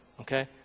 okay